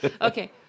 Okay